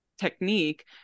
technique